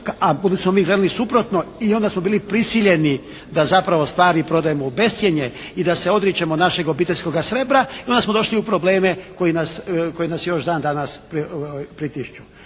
da smo mi gledali suprotno i onda smo bili prisiljeni da zapravo stvari prodajemo u bezcijenje i da se odričemo našeg obiteljskog srebra. Onda smo došli u probleme koji nas još dan danas pritišću.